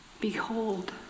behold